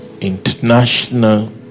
international